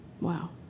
Wow